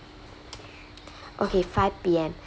okay five P_M